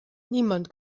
niemand